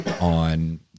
on